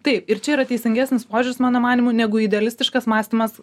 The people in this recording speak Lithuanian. taip ir čia yra teisingesnis požiūris mano manymu negu idealistiškas mąstymas